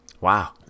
Wow